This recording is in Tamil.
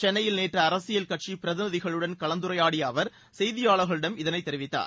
சென்னையில் நேற்று அரசியல் கட்சி பிரதிநிதிகளுடன் கலந்துரையாடிய அவர் செய்தியாளர்களிடம் இதனைத் தெரிவித்தார்